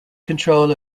control